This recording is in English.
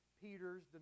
Peter's